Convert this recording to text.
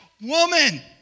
woman